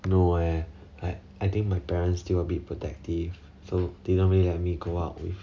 no eh like I think my parents still a bit protective so don't really let me go out with